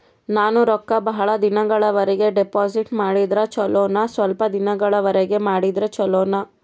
ನಾನು ರೊಕ್ಕ ಬಹಳ ದಿನಗಳವರೆಗೆ ಡಿಪಾಜಿಟ್ ಮಾಡಿದ್ರ ಚೊಲೋನ ಸ್ವಲ್ಪ ದಿನಗಳವರೆಗೆ ಮಾಡಿದ್ರಾ ಚೊಲೋನ?